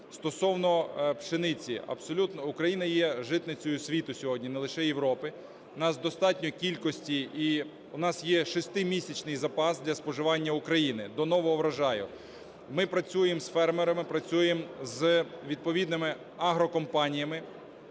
Стосовно пшениці. Абсолютно Україна є житницею світу сьогодні, не лише Європи. У нас достатньо кількості і у нас є 6-місячний запас для споживання Україною до нового врожаю. Ми працюємо з фермерами, працюємо з відповідними агрокомпаніями,